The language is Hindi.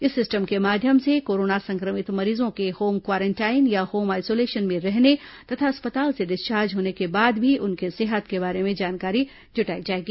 इस सिस्टम के माध्यम से कोरोना संक्रमित मरीजों के होम क्वारेंटाइन या होम आइसोलेशन में रहने तथा अस्पताल से डिस्चार्ज होने के बाद भी उनके सेहत के बारे में जानकारी जुटाई जाएगी